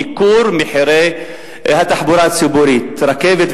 ייקור מחירי התחבורה הציבורית: רכבת,